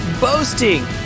boasting